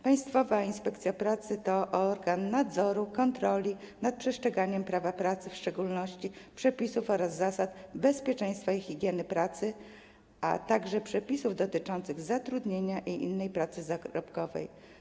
Państwowa Inspekcja Pracy jest organem nadzoru i kontroli w zakresie przestrzegania prawa pracy, w szczególności przepisów oraz zasad dotyczących bezpieczeństwa i higieny pracy, a także przepisów dotyczących zatrudnienia i innej pracy zarobkowej.